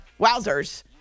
Wowzers